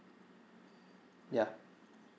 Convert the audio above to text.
yeah